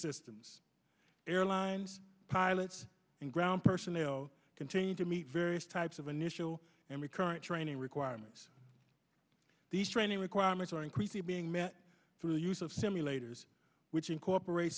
systems airlines pilots and ground personnel continue to meet various types of initial and recurrent training requirements these training requirements are increasingly being met through the use of simulators which incorporate